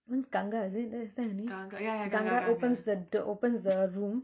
once ganga is it that is that her name ganga opens the opens the room